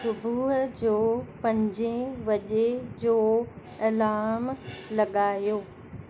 सुबुह जो पंजे वॼे जो अलार्म लॻायो